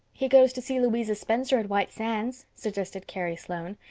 he goes to see louisa spencer at white sands, suggested carrie sloane.